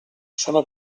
sono